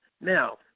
Now